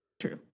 true